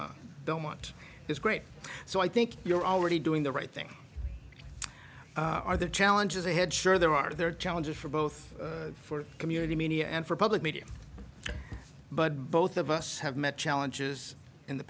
from don't want is great so i think you're already doing the right thing are the challenges ahead sure there are there are challenges for both for community media and for public media but both of us have met challenges in the